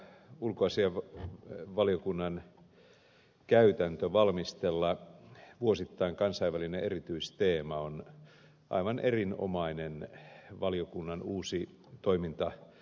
tämä ulkoasiainvaliokunnan käytäntö valmistella vuosittain kansainvälinen erityisteema on aivan erinomainen valiokunnan uusi toimintatapa